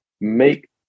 make